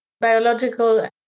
Biological